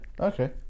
Okay